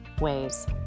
ways